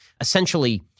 essentially